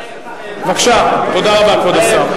תודה רבה, כבוד השר.